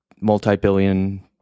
multi-billion